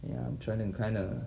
ya I'm trying to kinda